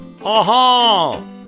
aha